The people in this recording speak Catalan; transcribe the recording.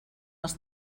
els